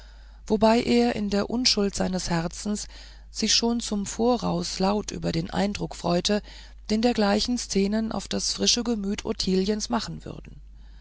wobei er in der unschuld seines herzens sich schon zum voraus laut über den eindruck freute den dergleichen szenen auf das frische gemüt ottiliens machen würden